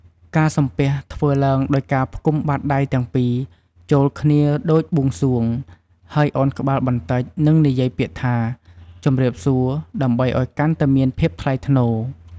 ការសំពះធ្វើឡើងដោយការផ្គុំបាតដៃទាំងពីរចូលគ្នាដូចបួងសួង ហើយឱនក្បាលបន្តិច និងនិយាយពាក្យថា ជម្រាបសួរ ដើម្បីអោយកាន់តែមានភាពថ្លៃថ្នូរ។